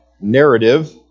narrative